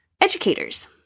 Educators